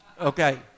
Okay